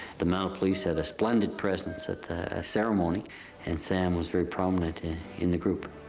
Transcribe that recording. the mounted police had a splendid presence at the ceremony and sam was very prominent in the group.